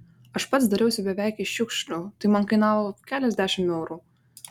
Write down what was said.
aš pats dariausi beveik iš šiukšlių tai man kainavo keliasdešimt eurų